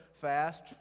fast